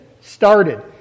started